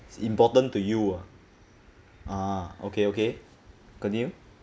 it's important to you ah ah okay okay continue